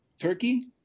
Turkey